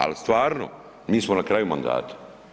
Ali, stvarno, mi smo na kraju mandata.